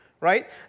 right